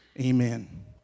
amen